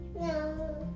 No